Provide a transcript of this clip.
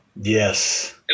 Yes